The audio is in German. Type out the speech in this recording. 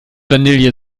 vanille